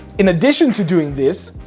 in addition to doing this,